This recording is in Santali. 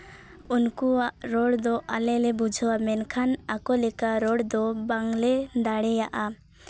ᱩᱱᱠᱩᱣᱟᱜ ᱨᱚᱲ ᱫᱚ ᱟᱞᱮ ᱞᱮ ᱵᱩᱡᱷᱟᱹᱣᱟ ᱢᱮᱱᱠᱷᱟᱱ ᱟᱠᱚ ᱞᱮᱠᱟ ᱨᱚᱲᱫᱚ ᱵᱟᱝᱞᱮ ᱫᱟᱲᱮᱭᱟᱜᱼᱟ